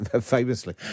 Famously